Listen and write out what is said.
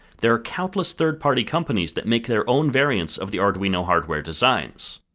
there are countless third party companies that make their own variants of the arduino hardware designs.